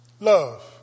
Love